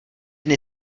dny